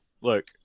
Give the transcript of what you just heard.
look